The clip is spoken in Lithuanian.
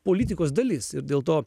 politikos dalis ir dėl to